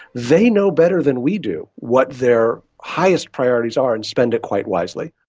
they know better than we do what their highest priorities are and spend it quite wisely.